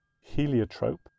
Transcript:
heliotrope